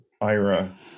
Ira